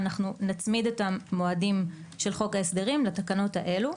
אנחנו נצמיד את המועדים של חוק ההסדרים לתקנות האלה,